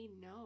no